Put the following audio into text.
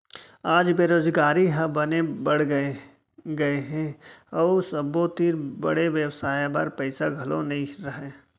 आज बेरोजगारी ह बने बाड़गे गए हे अउ सबो तीर बड़े बेवसाय बर पइसा घलौ नइ रहय